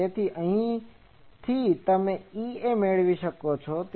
તેથી અહીંથી તમે EA મેળવી શકો છો